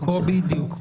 בדיוק.